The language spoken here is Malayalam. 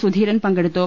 സുധീരൻ പങ്കെടുത്തു